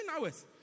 hours